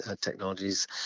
technologies